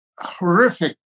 horrific